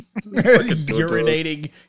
Urinating